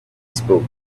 spoke